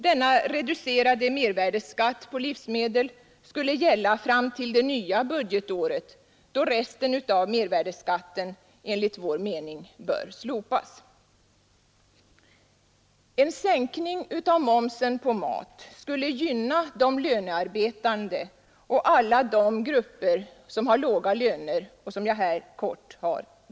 Denna reducerade mervärdeskatt på livsmedel skulle gälla fram till det nya budgetåret då resten av mervärdeskatten enligt vår mening bör slopas. En sänkning av momsen på mat skulle gynna de lönearbetande och alla de grupper som har låga löner.